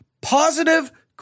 positive